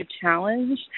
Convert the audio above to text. challenge